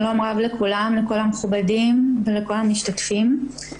שלום רב לכל המכובדים ולכל המשתתפים.